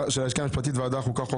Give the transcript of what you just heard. של חבר הכנסת יצחק קרויזר.